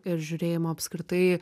ir žiūrėjimo apskritai